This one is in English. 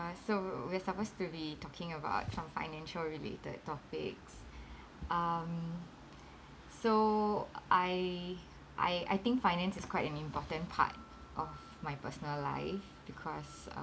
so we're supposed to be talking about some financial related topics um so I I I think finance is quite an important part of my personal life because uh